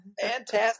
Fantastic